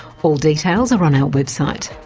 all details are on our website.